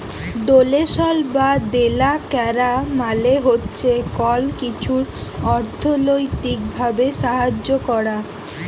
ডোলেশল বা দেলা ক্যরা মালে হছে কল কিছুর অথ্থলৈতিক ভাবে সাহায্য ক্যরা